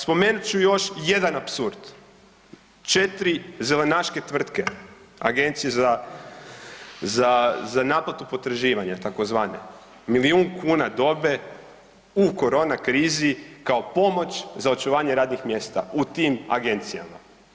Spomenut ću još jedan apsurd, 4 zelenaške tvrtke Agencije za, za, za naplatu potraživanja tzv., milijun kuna dobe u korona krizi kao pomoć za očuvanje radnih mjesta u tim agencijama.